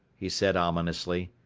he said ominously,